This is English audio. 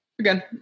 Again